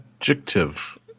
adjective